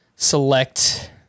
select